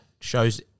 shows